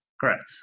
Correct